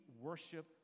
worship